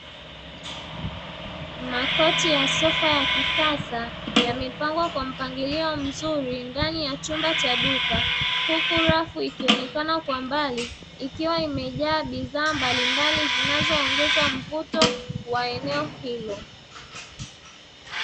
Makochi ya sofa ya kisasa, yamepangwa kwa mpangilio mzuri ndani ya chumba cha duka, huku rafu ikionekana kwa mbali, ikiwa imejaa bidhaa mbalimbali zinazoongeza mvuto wa eneo hilo.